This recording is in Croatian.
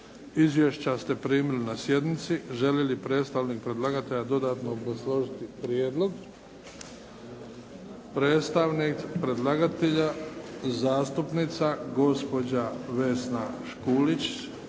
Izvješća ste primili na sjednici. Želi li predstavnik predlagatelja dodatno obrazložiti prijedlog? Predstavnik predlagatelja zastupnica gospođa Vesna Škulić